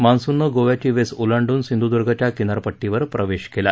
मान्सूनने गोव्याची वेस ओलांडून सिंधुद्र्गच्या किनारपट्टीवर प्रवेश केला